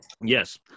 yes